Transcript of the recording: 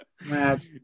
Mad